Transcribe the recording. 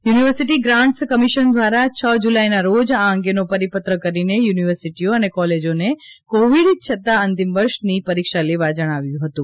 university grants commission દ્વારા છ જુલાઇના રોજ આ અંગેનો પરિપત્ર કરીને યુનિવર્સિટીઓ અને કોલેજોને કોવિડ છતાં અંતિમ વર્ષની પરીક્ષા લેવા જણાવ્યુ હતું